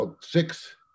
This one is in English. six